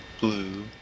blue